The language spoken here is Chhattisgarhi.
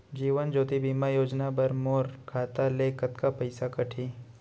जीवन ज्योति बीमा योजना बर मोर खाता ले कतका पइसा कटही?